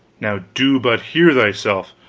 now do but hear thyself!